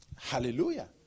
Hallelujah